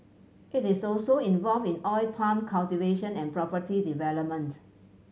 it is also involved in oil palm cultivation and property development